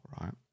right